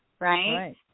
Right